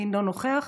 אינו נוכח.